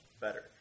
better